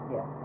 Yes